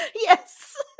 Yes